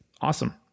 Awesome